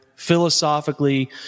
philosophically